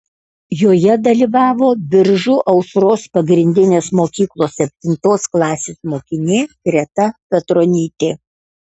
joje dalyvavo biržų aušros pagrindinės mokyklos septintos klasės mokinė greta petronytė